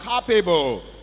capable